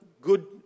good